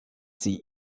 sie